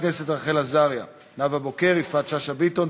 חבר הכנסת סלומינסקי, אתה לא מנהל את הדיון.